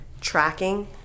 tracking